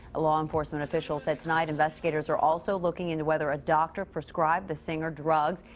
a law enforcement official said tonight. investigators are also looking into whether a doctor prescribed the singer drugs.